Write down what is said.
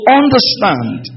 understand